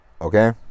okay